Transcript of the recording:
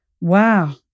Wow